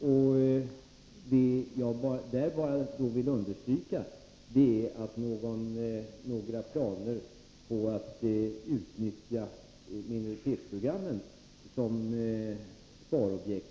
Vad jag i detta sammanhang vill understryka är att det inte finns några planer på att utnyttja minoritetsprogrammen som sparobjekt.